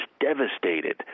devastated